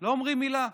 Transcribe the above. לא אומרים מילה,